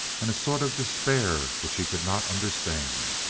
and a sort of despair which he could not understand.